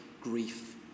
grief